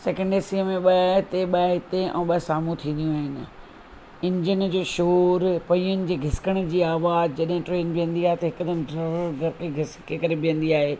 second ए सीअ में ॿ हिते ॿ हिते ऐं ॿ साम्हूं थीदियूं आहिनि इंजन जो शोरु पहीयनि जे घिसिकण जी आवाज़ु जॾहिं ट्रेन बीहंदी त हिकदमि डिरिर्र कर के घिस के करे बीहंदी आहे